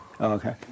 Okay